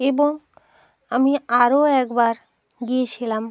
এবং আমি আরও একবার গিয়েছিলাম